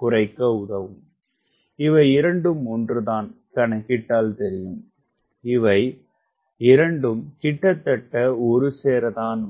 குறைக்க உதவும் இவையிரண்டும் ஒன்று தான் கணக்கிட்டால் தெரியும் இவை இரண்டும் கிட்டத்தட்ட ஒரு சேரத் தான் வரும்